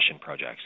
projects